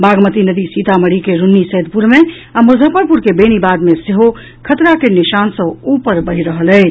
बागमती नदी सीतामढ़ी के रून्नीसैदपुर मे आ मुजफ्फरपुर के बेनीबाद मे सेहो खतरा के निशान सॅ ऊपर बहि रहल अछि